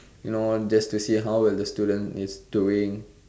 you know just to see how well the student is doing